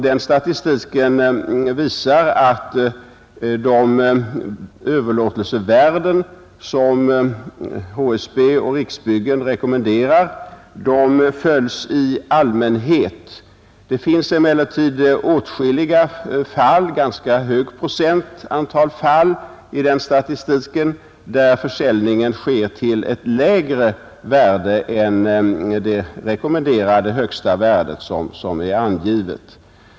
Den statistiken visar att de överlåtelsevärden som HSB och Riksbyggen rekommenderar följs i allmänhet. Det finns emellertid åtskilliga fall — en ganska hög procent — i den statistiken där försäljningen sker till ett lägre värde än det rekommenderade högsta värde som är angivet.